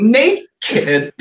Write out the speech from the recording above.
naked